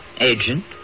Agent